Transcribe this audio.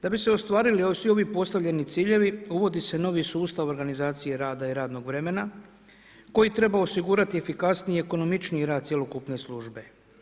Da bi se ostvarili svi ovi postavljeni ciljevi uvodi se novi sustav organizacije rada i radnog vremena koji treba osigurati efikasniji i ekonomičniji rad cjelokupne službe.